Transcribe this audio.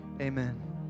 Amen